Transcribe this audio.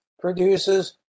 produces